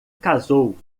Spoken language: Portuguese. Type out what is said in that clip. casou